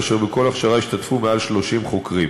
ובכל הכשרה ישתתפו מעל 30 חוקרים.